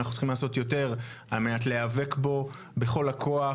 אנחנו צריכים לעשות יותר על מנת להיאבק בו בכל הכוח